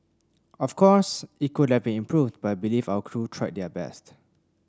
of course it could have been improved but I believe our crew tried their best